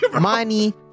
money